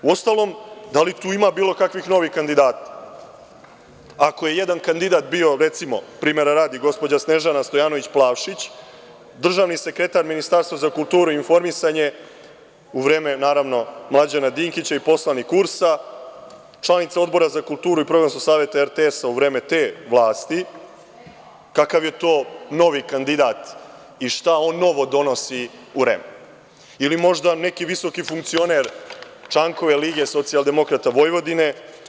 Uostalom, da li tu ima bilo kakvih novih kandidata, ako je jedan kandidat bio, recimo, primera radi, gospođa Snežana Stojanović Plavšić, državni sekretar Ministarstva za kulturu i informisanje u vreme Mlađana Dinkića i poslanik URS-a, članica Odbora za kulturu i Programskog saveta RTS-a u vreme te vlasti, kakav je to novi kandidat i šta on novo donosi u REM, ili možda neki visoki funkcioner Čankove LSV?